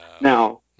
Now